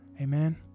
Amen